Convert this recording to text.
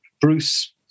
Bruce